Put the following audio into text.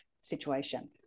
situation